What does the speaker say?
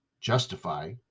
justify